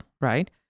Right